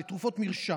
לתרופות מרשם,